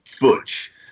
Butch